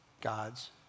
God's